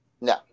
No